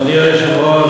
אדוני היושב-ראש,